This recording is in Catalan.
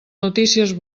notícies